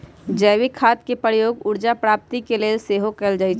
जैविक खाद के प्रयोग ऊर्जा प्राप्ति के लेल सेहो कएल जाइ छइ